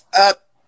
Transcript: up